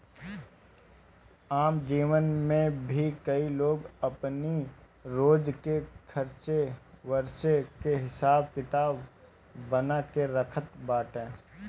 आम जीवन में भी कई लोग अपनी रोज के खर्च वर्च के हिसाब किताब बना के रखत बाटे